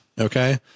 Okay